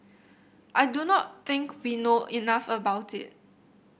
I do not think we know enough about it